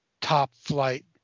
top-flight